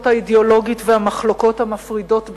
האידיאולוגיות והמחלוקות המפרידות ביניהן,